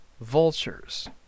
vultures